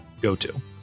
go-to